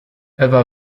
ewa